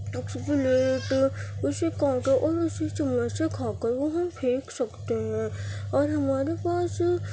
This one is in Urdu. اس پلیٹ اسی کانٹے اور اسی چمچ سے کھا کر وہ ہم پھیک سکتے ہیں اور ہمارے پاس